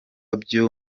byo